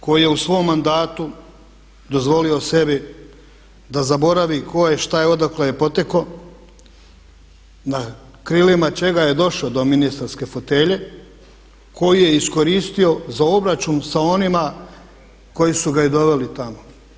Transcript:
Koji je u svom mandatu dozvolio sebi da zaboravi tko je, šta je, odakle je potekao, na krilima čega je došao do ministarske fotelje koju je iskoristio za obračun sa onima koji su ga i doveli tamo.